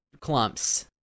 clumps